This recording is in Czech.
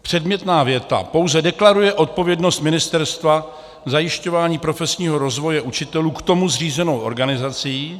Předmětná věta pouze deklaruje odpovědnost ministerstva v zajišťování profesního rozvoje učitelů k tomu zřízenou organizací.